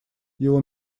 его